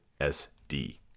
SD